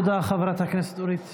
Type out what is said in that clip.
תודה, חברת הכנסת אורית סטרוק.